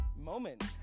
moment